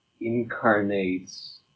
incarnates